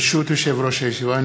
ברשות יושב-ראש הישיבה,